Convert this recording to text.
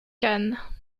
khan